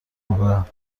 میگویند